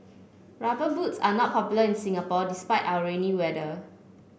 rubber boots are not popular in Singapore despite our rainy weather